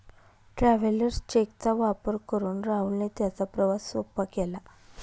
travellers cheque चा वापर करून राहुलने त्याचा प्रवास सोपा केला